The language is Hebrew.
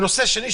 ונושא שני,